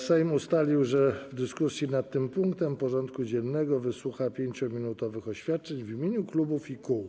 Sejm ustalił, że w dyskusji nad tym punktem porządku dziennego wysłucha 5-minutowych oświadczeń w imieniu klubów i kół.